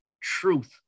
truth